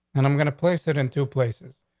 and i'm gonna place it in two places.